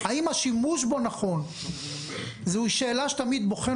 האם השימוש בו נכון זוהי שאלה שתמיד בוחן